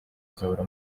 azahora